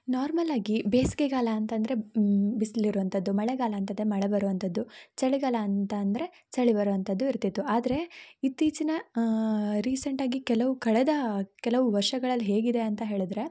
ನಾರ್ಮಲಾಗಿ ಬೇಸಿಗೆಗಾಲ ಅಂತಂದ್ರೆ ಬಿಸಿಲಿರುವಂಥದ್ದು ಮಳೆಗಾಲ ಅಂತದ್ರೆ ಮಳೆ ಬರುವಂಥದ್ದು ಚಳಿಗಾಲ ಅಂತ ಅಂದ್ರೆ ಚಳಿ ಬರುವಂಥದ್ದು ಇರ್ತಿತ್ತು ಆದರೆ ಇತ್ತೀಚಿನ ರಿಸೆಂಟಾಗಿ ಕೆಲವು ಕಳೆದ ಕೆಲವು ವರ್ಷಗಳಲ್ಲಿ ಹೇಗಿದೆ ಅಂತ ಹೇಳಿದ್ರೆ